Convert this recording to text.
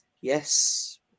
yes